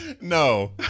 No